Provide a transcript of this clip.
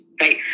right